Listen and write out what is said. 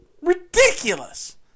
Ridiculous